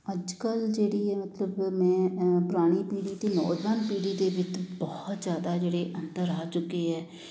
ਅੱਜ ਕੱਲ੍ਹ ਜਿਹੜੀ ਹੈ ਮਤਲਬ ਮੈਂ ਪੁਰਾਣੀ ਪੀੜੀ ਅਤੇ ਨੌਜਵਾਨ ਪੀੜੀ ਦੇ ਵਿੱਚ ਬਹੁਤ ਜ਼ਿਆਦਾ ਜਿਹੜੇ ਅੰਤਰ ਆ ਚੁੱਕੇ ਹੈ